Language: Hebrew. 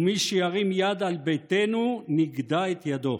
ומי שירים יד על ביתנו, נגדע את ידו.